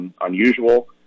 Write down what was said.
unusual